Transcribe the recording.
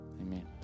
amen